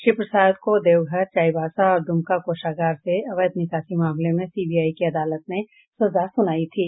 श्री प्रसाद को देवघर चाईबासा और दुमका कोषागार से अवैध निकासी मामले में सीबीआई की अदालत ने सजा सुनायी थी